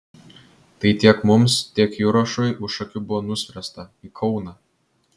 tai tiek mums tiek jurašui už akių buvo nuspręsta į kauną